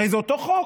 הרי זה אותו חוק,